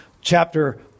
chapter